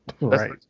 Right